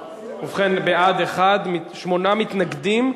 ובכן, בעד, 1, שמונה מתנגדים.